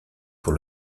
pour